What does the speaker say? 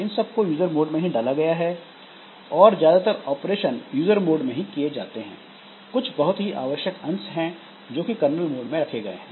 इन सब को user mode में ही डाला गया है और ज्यादातर ऑपरेशन यूजर मोड में ही किए जाते हैं कुछ बहुत ही आवश्यक अंश हैं जो कि कर्नल मोड में रखे गए हैं